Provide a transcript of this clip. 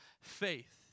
faith